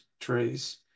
trees